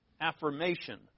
Affirmation